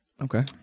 Okay